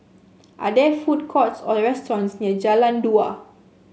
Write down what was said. are there food courts or restaurants near Jalan Dua